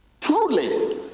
truly